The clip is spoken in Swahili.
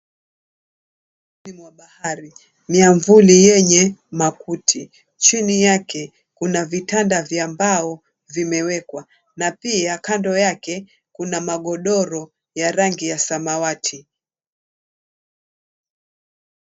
Ufuoni mwa bahari. Miavuli yenye makuti. Chini yake, kuna vitanda vya mbao vimewekwa na pia kando yake kuna magodoro ya rangi ya samawati.